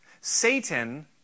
Satan